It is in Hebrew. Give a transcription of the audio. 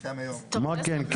מה כן?